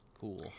cool